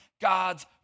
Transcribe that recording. God's